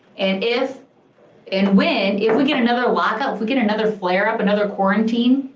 and if and when, if we get another lock up, if we get another flare-up, another quarantine,